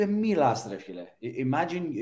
Imagine